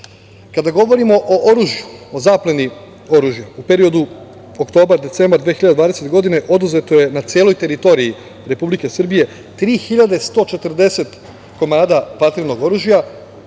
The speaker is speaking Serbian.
o oružju, o zapleni oružja u periodu oktobar-decembar 2020. godine oduzeto na celoj teritoriji Republike Srbije 3.140 komada vatrenog oružja